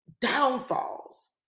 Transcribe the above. downfalls